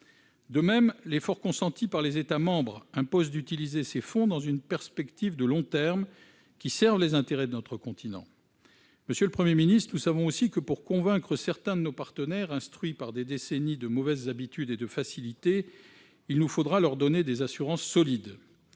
De même, l'effort consenti par les États membres impose d'utiliser ces fonds dans une perspective de long terme qui serve les intérêts de notre continent. Monsieur le Premier ministre, nous savons aussi que, pour convaincre certains de nos partenaires instruits par des décennies de mauvaises habitudes et de facilités, il nous faudra leur donner des assurances solides-